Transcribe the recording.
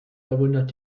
verwundert